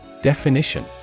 Definition